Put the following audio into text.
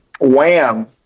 Wham